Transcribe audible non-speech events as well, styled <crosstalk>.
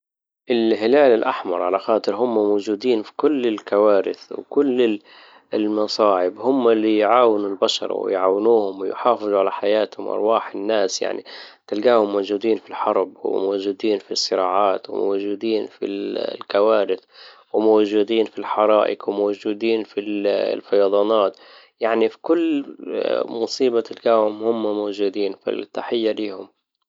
الهلال الاحمر على خاطرهم موجودين في كل الكوارث وكل المصاعب هم اللي يعاونوا البشر ويعاونوهم ويحافظوا على حياتهم وارواح الناس يعني تلجاهم موجودين في الحرب وموجودين في الصراعات وموجودين في الكوارث وموجودين في الحرائق و موجودين في الفيضانات يعني في كل <hesitation> مصيبة تلقجاهم هم موجودين فالتحية ليهم